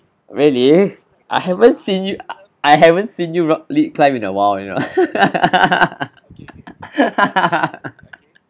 really I haven't seen you I haven't seen you lead climb in a while you know